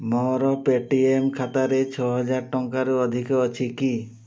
ମୋର ପେଟିଏମ୍ ଖାତାରେ ଛଅହଜାର ଟଙ୍କାରୁ ଅଧିକ ଅଛି କି